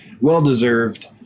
Well-deserved